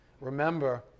Remember